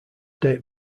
date